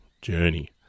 journey